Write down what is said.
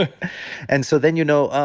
ah and so then you know,